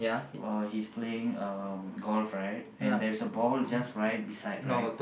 uh he is playing um golf right and there's a ball just right beside right